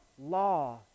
law